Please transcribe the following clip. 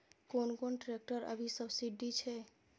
कोन कोन ट्रेक्टर अभी सब्सीडी छै?